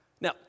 Now